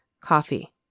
coffee